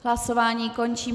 Hlasování končím.